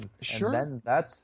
Sure